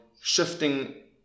shifting